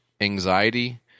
anxiety